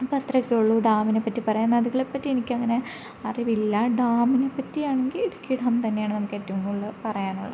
അപ്പം അത്രയൊക്കെ ഉള്ളു ഡാമിനെ പറ്റി പറയാൻ നദികളെ പറ്റി എനിക്ക് അങ്ങനെ അറിവില്ല ഡാമിനെ പറ്റിയാണെങ്കിൽ ഇടുക്കി ഡാം തന്നെയാണ് നമുക്ക് ഏറ്റവും കൂടുതൽ പറയാനുള്ളത്